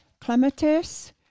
clematis